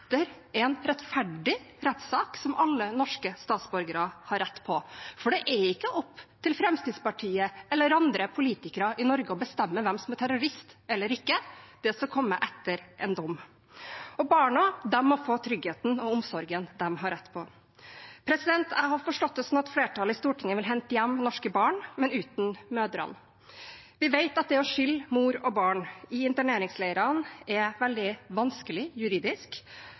en rettferdig rettssak, som alle norske statsborgere har rett på. Det er ikke opp til Fremskrittspartiet eller andre politikere i Norge å bestemme hvem som er terrorist eller ikke, det skal komme etter en dom, og barna må få tryggheten og omsorgen de har rett på. Jeg har forstått det slik at flertallet i Stortinget vil hente hjem norske barn, men uten mødrene. Vi vet at det å skille mor og barn i interneringsleirene er veldig vanskelig juridisk.